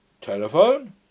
Telephone